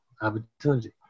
opportunity